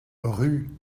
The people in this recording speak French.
rue